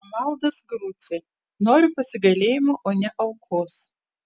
romualdas grucė noriu pasigailėjimo o ne aukos